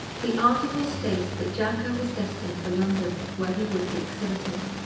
the article states that jacko was destined for london, where he would be exhibited.